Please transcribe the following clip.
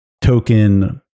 token